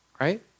Right